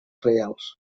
reials